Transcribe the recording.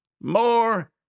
more